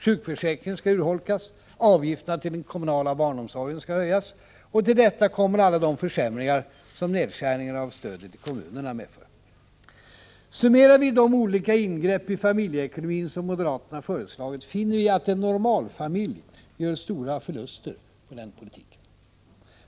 Sjukförsäkringen skall urholkas. Avgifterna till den kommunala barnomsorgen skall höjas. Och till detta kommer alla de försämringar som nedskärningarna av stödet till kommunerna medför. Summerar vi de olika ingrepp i familjeekonomin som moderaterna föreslagit, finner vi att en normalfamilj gör stora förluster på deras politik.